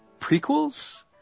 prequels